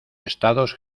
estados